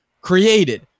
created